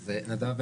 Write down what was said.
כן, נדב.